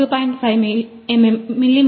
5 మిమీ